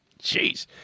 Jeez